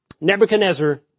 Nebuchadnezzar